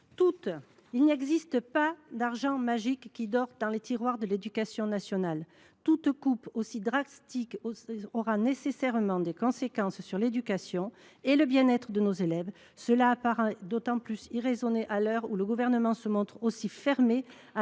Il n’existe pas d’argent magique qui dorme dans les tiroirs de l’éducation nationale. Toute coupe aussi drastique aura nécessairement des conséquences sur l’éducation et le bien être de nos élèves. Cela apparaît d’autant plus irraisonné que le Gouvernement se montre complètement fermé à toute